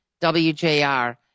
WJR